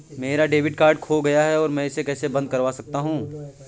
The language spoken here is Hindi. मेरा डेबिट कार्ड खो गया है मैं इसे कैसे बंद करवा सकता हूँ?